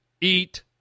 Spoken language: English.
eat